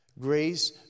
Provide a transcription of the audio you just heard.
grace